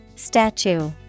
Statue